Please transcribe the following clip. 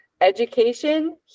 education